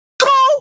Go